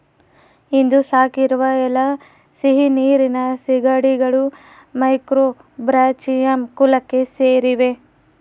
ಇಂದು ಸಾಕಿರುವ ಎಲ್ಲಾ ಸಿಹಿನೀರಿನ ಸೀಗಡಿಗಳು ಮ್ಯಾಕ್ರೋಬ್ರಾಚಿಯಂ ಕುಲಕ್ಕೆ ಸೇರಿವೆ